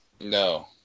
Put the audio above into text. No